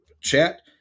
chat